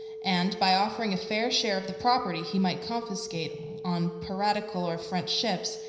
and, by offering a fair share of the property he might confiscate on piratical or french ships,